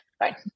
Right